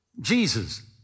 Jesus